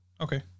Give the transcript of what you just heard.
Okay